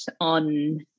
on